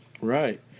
Right